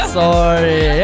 sorry